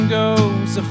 goes